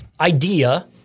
idea